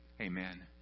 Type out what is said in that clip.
Amen